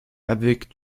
avec